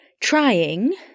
trying